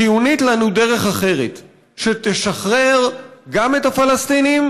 חיונית לנו דרך אחרת שתשחרר את הפלסטינים,